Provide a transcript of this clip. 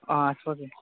ହଁ ଆସ ଦିନେ